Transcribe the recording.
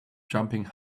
jumping